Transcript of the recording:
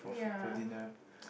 yeah